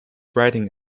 writing